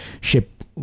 ship